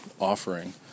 offering